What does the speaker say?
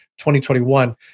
2021